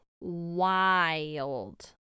Wild